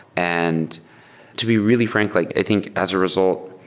and to be really frank, like i think as a result,